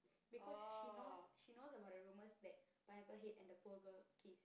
because she knows she knows about the rumors that Pineapple Head and the poor girl kiss